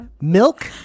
Milk